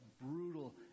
brutal